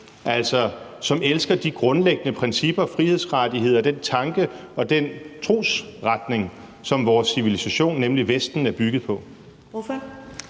dem, som elsker de grundlæggende principper, frihedsrettigheder og den tanke og den trosretning, som vores civilisation, nemlig Vesten, er bygget på.